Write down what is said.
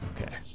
okay